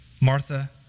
Martha